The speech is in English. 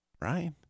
right